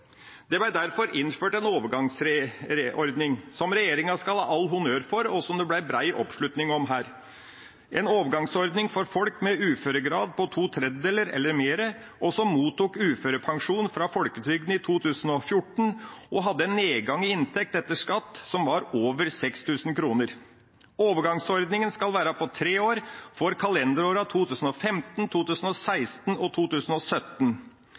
Det ble derfor innført en overgangsordning, som regjeringa skal ha all honnør for, og som det ble bred oppslutning om her. Dette var en overgangsordning for folk med uføregrad på to tredjedeler eller mer, og som mottok uførepensjon fra folketrygden i 2014, og som hadde en nedgang i inntekt etter skatt som var over 6 000 kr. Overgangsordninga skal være på tre år for kalenderårene 2015, 2016 og 2017.